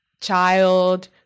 child